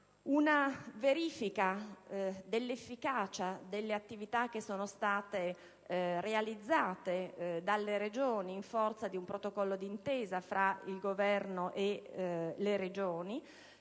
una verifica dell'efficacia delle attività che sono state realizzate dalle Regioni in forza di un protocollo d'intesa fra il Governo e le Regioni;